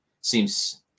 seems